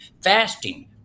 fasting